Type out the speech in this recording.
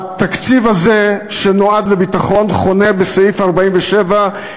התקציב הזה שנועד לביטחון חונה בסעיף 47,